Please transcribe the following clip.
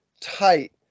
tight